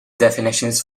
definitions